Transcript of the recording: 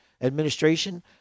administration